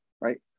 right